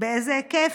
באיזה היקף?